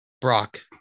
Brock